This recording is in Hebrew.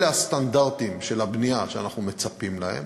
אלה הסטנדרטים של הבנייה שאנחנו מצפים להם,